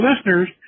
listeners